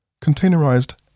Containerized